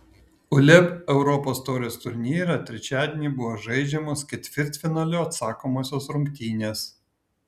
uleb europos taurės turnyre trečiadienį buvo žaidžiamos ketvirtfinalio atsakomosios rungtynės